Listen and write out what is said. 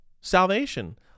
salvation